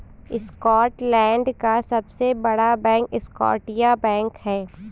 Scotland का सबसे बड़ा बैंक स्कॉटिया बैंक है